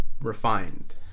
refined